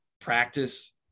practice